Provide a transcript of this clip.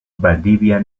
valdivia